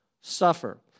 suffer